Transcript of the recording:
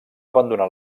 abandonar